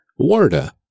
Warda